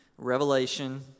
Revelation